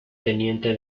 teniente